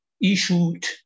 issued